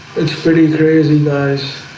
it's pretty crazy. nice.